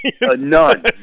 None